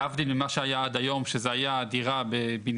להבדיל ממה שהיה עד היום, שזה היה דירה בבניין.